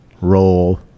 roll